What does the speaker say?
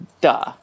duh